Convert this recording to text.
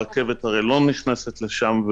הרכבת הרי לא נכנסת לשם.